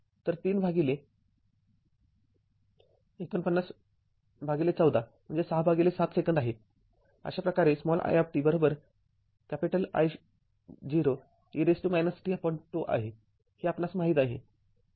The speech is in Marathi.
तर३ भागिले ४९१४ म्हणजे ६७ सेकंद आहे अशा प्रकारे i I0 e tζ आहे हे आपणास माहित आहे